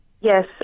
Yes